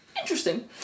interesting